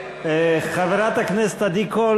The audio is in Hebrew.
חברת הכנסת עדי קול